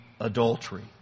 adultery